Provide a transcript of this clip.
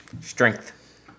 strength